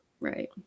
Right